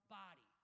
body